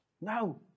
no